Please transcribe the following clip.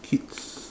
kids